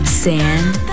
sand